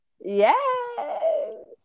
Yes